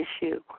issue